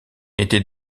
était